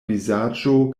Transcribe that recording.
vizaĝo